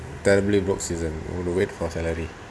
terribly broke season got to wait for salary